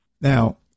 Now